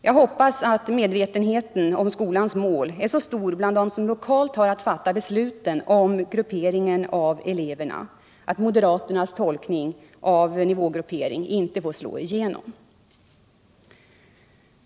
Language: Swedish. Jag hoppas att medvetenheten om skolans mål är så stor bland dem som lokalt har att fatta besluten om grupperingen av eleverna att moderaternas tolkning av nivågruppering inte får slå igenom.